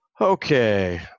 Okay